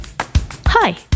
Hi